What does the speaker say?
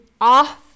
off